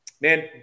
man